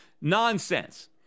Nonsense